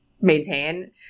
maintain